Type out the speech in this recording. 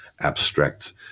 abstract